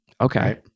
Okay